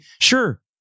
Sure